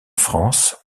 france